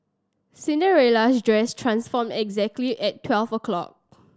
Cinderella's dress transformed exactly at twelve o'clock